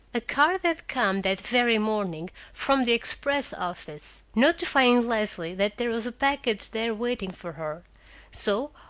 a card had come that very morning from the express office, notifying leslie that there was a package there waiting for her so,